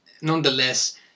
nonetheless